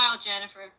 Jennifer